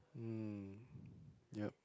mm yup